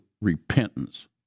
repentance